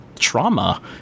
trauma